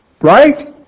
Right